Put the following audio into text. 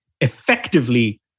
effectively